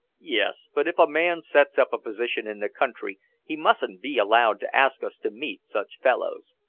yes, but if a man sets up a position in the country he mustn't be allowed to ask us to meet such fellows.